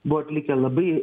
buvo atlikę labai